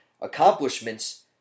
Accomplishments